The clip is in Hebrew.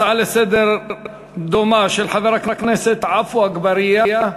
הצעה דומה לסדר-היום של חבר הכנסת עפו אגבאריה,